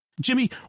Jimmy